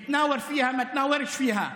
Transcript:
שאפשר לתמרן אותם וכאלה שאי-אפשר לתמרן אותם,